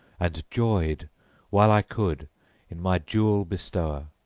and joyed while i could in my jewel-bestower.